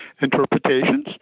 interpretations